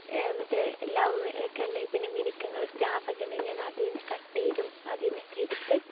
മറ്റേ ലൗവ് ഒക്കെ ഉണ്ടെങ്കിൽ പിന്നെ മിനുക്കങ്ങൾ പിന്നെ സ്റ്റാർസ് ഒക്കെ ഉണ്ടെങ്കിൽ ഞാൻ അതിൽ നിന്ന് കട്ട് ചെയ്തും അതിൽ നിന്നൊക്കെ എടുത്ത്